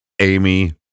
Amy